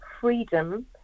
freedom